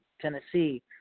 Tennessee